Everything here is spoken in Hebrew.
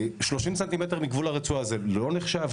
30 סנטימטרים מגבול הרצועה זה לא נחשב?